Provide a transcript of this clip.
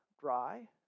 dry